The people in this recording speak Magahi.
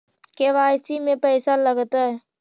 के.वाई.सी में पैसा लगतै?